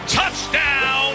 touchdown